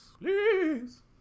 Please